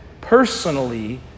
personally